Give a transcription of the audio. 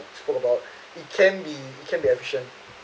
talk about it can be can be efficient